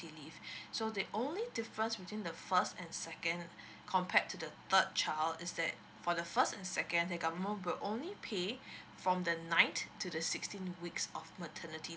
leave so the only difference between the first and second compared to the third child is that for the first and second the government will only pay from the nine to the sixteen weeks of maternity